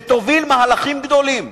שתוביל מהלכים גדולים.